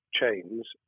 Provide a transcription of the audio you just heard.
chains